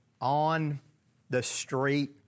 on-the-street